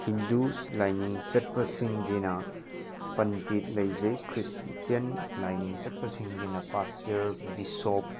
ꯍꯤꯟꯗꯨ ꯂꯥꯏꯅꯤꯡ ꯆꯠꯄꯁꯤꯡꯒꯤꯅ ꯄꯟꯗꯤꯠ ꯂꯩꯖꯩ ꯈ꯭ꯔꯤꯁꯇꯦꯟ ꯂꯥꯏꯅꯤꯡ ꯆꯠꯄꯁꯤꯡꯒꯤꯅ ꯄꯥꯁꯇꯔ ꯚꯤꯁꯣꯞ